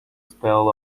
spell